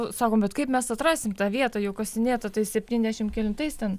sakom bet kaip mes atrasim tą vietą jau kasinėta tai septyniasdešimt kelintais ten